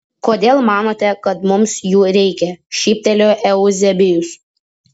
kodėl manote kad mums jų reikia šyptelėjo euzebijus